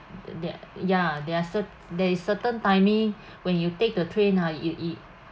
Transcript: there ya there are cert~ there is certain timing when you take the train ah you you